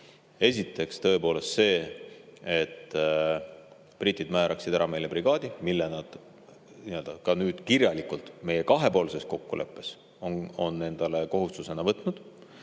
ümber. Esiteks tõepoolest see, et britid määraksid ära meile brigaadi, nagu nad ka kirjalikult meie kahepoolses kokkuleppes on endale kohustuse võtnud.